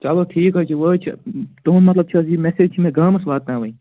چلو ٹھیٖک حظ چھُ وۅنۍ حظ تُہُنٛد مطلب چھُ حظ یہِ میسیج چھِ مےٚ گامَس واتناوٕنۍ